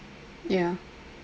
ya